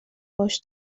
باش